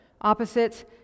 opposites